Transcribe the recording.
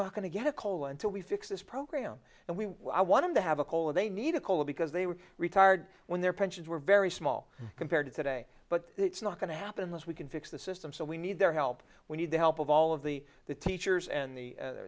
not going to get a cola until we fix this program and we i want to have a cola they need a cola because they were retired when their pensions were very small compared to today but it's not going to happen unless we can fix the system so we need their help we need the help of all of the teachers and